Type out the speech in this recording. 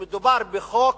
שמדובר בחוק,